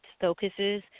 focuses